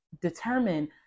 determine